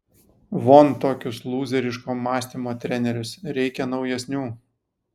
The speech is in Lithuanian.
von tokius lūzeriško mąstymo trenerius reikia naujesnių